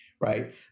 Right